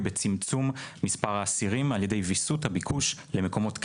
היא בצמצום מספר האסירים על ידי ויסות הביקוש למקומות כליאה.